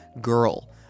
Girl